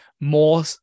more